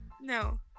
no